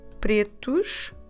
pretos